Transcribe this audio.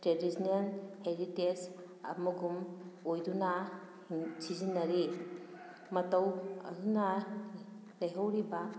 traditional heritage ꯑꯃꯒꯨꯝ ꯑꯣꯏꯗꯨꯅ ꯁꯤꯖꯤꯟꯅꯔꯤ ꯃꯇꯧ ꯑꯁꯨꯝꯅ ꯂꯩꯍꯧꯔꯤꯕ